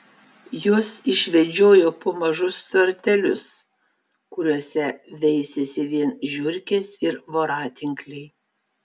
juos išvedžiojo po mažus tvartelius kuriuose veisėsi vien žiurkės ir voratinkliai